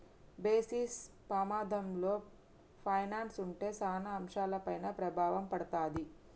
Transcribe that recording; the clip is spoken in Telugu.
బేసిస్ పమాధంలో పైనల్స్ ఉంటే సాన అంశాలపైన ప్రభావం పడతాది